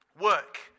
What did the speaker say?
work